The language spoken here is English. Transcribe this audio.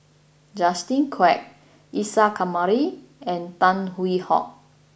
Justin Quek Isa Kamari and Tan Hwee Hock